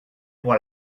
pour